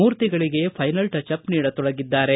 ಮೂರ್ತಿಗಳಿಗೆ final touch ನೀಡತೊಡಗಿದ್ದಾರೆ